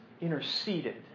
interceded